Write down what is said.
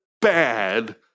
bad